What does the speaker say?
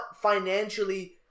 financially